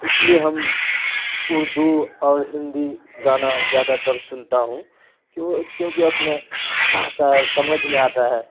اس لیے ہم اردو اور ہندی گانا زیادہ تر سنتا ہوں کیونکہ اپنا بھاشا ہے سمجھ میں آتا ہے